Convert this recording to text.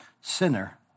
sinner